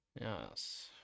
yes